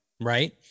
Right